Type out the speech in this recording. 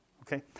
Okay